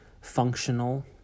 functional